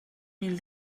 mil